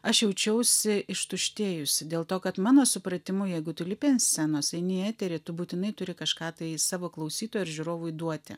aš jaučiausi ištuštėjusi dėl to kad mano supratimu jeigu tu lipi ant scenos eini į eterį tu būtinai turi kažką tai savo klausytojui ar žiūrovui duoti